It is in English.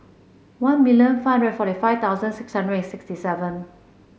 one million five hundred forty five thousand six hundred and sixty seven